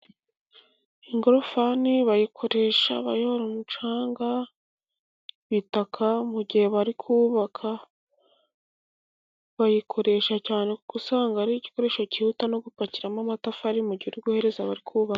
Ingorofani bayikoresha bayora umucanga, itaka, mu gihe bari kubaka bayikoresha cyane, kuko usanga ari igikoresho cyihuta no gupakiramo amatafari, mu gihe uri guhereza abari kubaka.